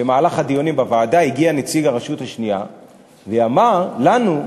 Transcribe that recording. במהלך הדיונים בוועדה הגיע נציג הרשות השנייה ואמר לנו: